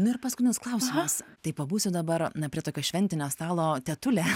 nu ir paskutinis klausimas tai pabūsiu dabar na prie tokio šventinio stalo tetulė